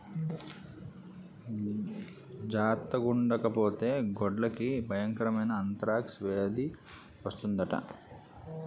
జార్తగుండకపోతే గొడ్లకి బయంకరమైన ఆంతరాక్స్ వేది వస్తందట